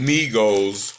Migos